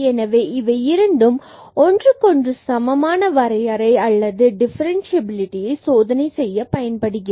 எனவே இவை இரண்டும் ஒன்றுக்கொன்று சமமான வரையறை அல்லது டிஃபரண்ட்சியபிலிடியை சோதனை செய்ய பயன்படுகிறது